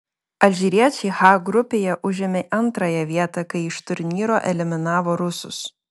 alžyriečiai h grupėje užėmė antrąją vietą kai iš turnyro eliminavo rusus